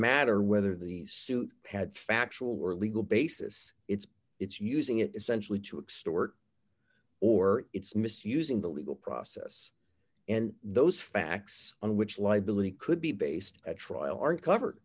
matter whether the suit had factual or legal basis it's it's using it essentially to extort or it's misusing the legal process and those facts on which liability could be based at trial aren't covered